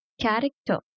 character